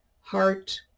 heart